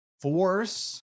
force